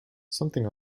something